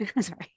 Sorry